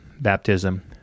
baptism